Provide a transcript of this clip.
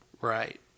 Right